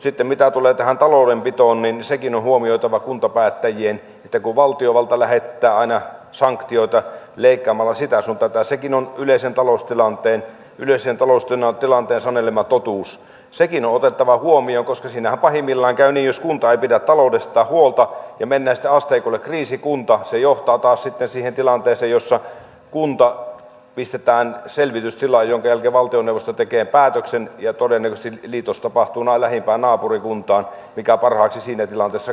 mutta mitä sitten tulee tähän taloudenpitoon niin sekin on huomioitava kuntapäättäjien että kun valtiovalta lähettää aina sanktioita leikkaamalla sitä sun tätä sekin on yleisen taloustilanteen sanelema totuus sekin on otettava huomioon koska siinähän pahimmillaan käy niin että jos kunta ei pidä taloudestaan huolta ja mennään sitten asteikolla kriisikuntaan niin se johtaa taas sitten siihen tilanteeseen jossa kunta pistetään selvitystilaan minkä jälkeen valtioneuvosto tekee päätöksen ja todennäköisesti liitos tapahtuu lähimpään naapurikuntaan mikä parhaaksi siinä tilanteessa katsotaan